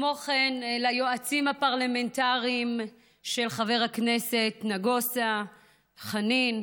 וכן ליועצים הפרלמנטרים של חברי הכנסת נגוסה וחנין,